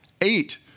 eight